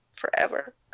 forever